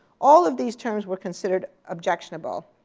all of these terms were considered objectionable.